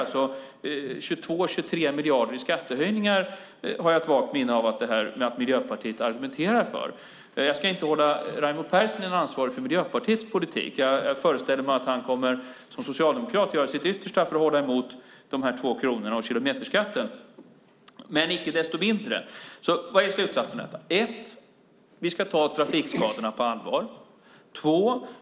Jag har alltså ett vagt minne av att Miljöpartiet argumenterar för 22-23 miljarder i skattehöjningar. Jag ska inte hålla Raimo Pärssinen ansvarig för Miljöpartiets politik. Jag föreställer mig att han som socialdemokrat kommer att göra sitt yttersta för att hålla emot dessa 2 kronor och kilometerskatten, men icke desto mindre. Vad är slutsatsen av detta? 1. Vi ska ta trafikskadorna på allvar. 2.